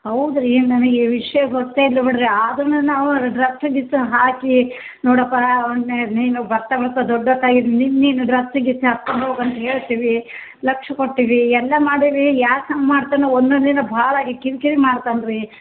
ಹೌದು ರೀ ನನಗೆ ವಿಷಯ ಗೊತ್ತಾಯಿತು ಬಿಡಿರಿ ಅದರುನು ನಾವು ಡ್ರೆಸ್ ಗಿಸ್ ಹಾಕಿ ನೋಡಪ್ಪಾ ನೀನು ಬರ್ತಾ ಬರ್ತ ದೊಡ್ಡಕ್ಕೆ ಆಗಿದ್ದಿ ನಿಂದು ನೀನು ಡ್ರೆಸ್ ಗಿಸ್ ಹಾಕೊಂಡು ಹೋಗು ಅಂತ ಹೇಳ್ತಿವಿ ಲಕ್ಷ್ಯ ಕೊಟ್ಟಿವಿ ಎಲ್ಲ ಮಾಡೀವಿ ಯಾಕೆ ಹಂಗೆ ಮಾಡ್ತಾನೋ ಒಂದೊಂದು ದಿನ ಭಾಳ ಕಿರಿಕಿರಿ ಮಾಡ್ತಾನೆ ರೀ